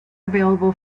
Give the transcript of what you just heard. available